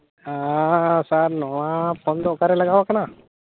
ᱥᱟᱨ ᱱᱚᱣᱟ ᱯᱷᱳᱱ ᱫᱚ ᱚᱠᱟᱨᱮ ᱞᱟᱜᱟᱣᱟᱠᱟᱱᱟ